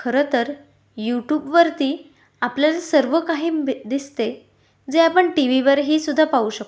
खरं तर यूटूबवरती आपल्याला सर्व काही भे दिसते जे आपण टीव्हीवरही सुद्धा पाहू शकतो